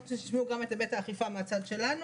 אני רוצה שתשמעו גם את היבט האכיפה מהצד שלנו.